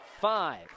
five